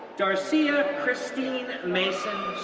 darcia christine mason,